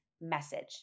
message